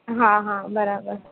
હા હા બરાબર